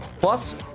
plus